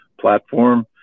platform